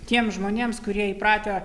tiems žmonėms kurie įpratę